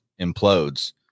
implodes